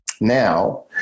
Now